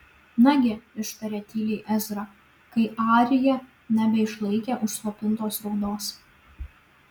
nagi ištarė tyliai ezra kai arija nebeišlaikė užslopintos raudos